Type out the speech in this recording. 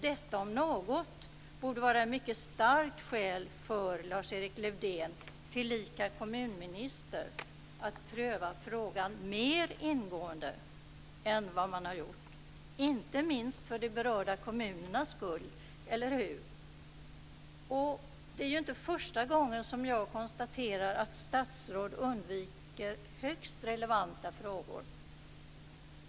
Detta om något borde vara ett mycket starkt argument för Lars-Erik Lövdén, tillika kommunminister, att pröva frågan mer ingående än vad man har gjort, inte minst för de berörda kommunernas skull, eller hur? Det är inte första gången som jag konstaterar att statsråd undviker högst relevanta frågor.